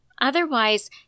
Otherwise